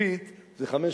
סופית זה 500,